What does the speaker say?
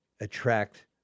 attract